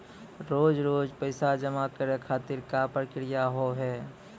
रोज रोज पैसा जमा करे खातिर का प्रक्रिया होव हेय?